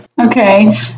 okay